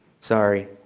Sorry